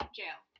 jail